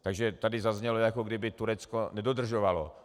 Takže tady zaznělo, jako kdyby Turecko nedodržovalo.